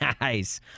Nice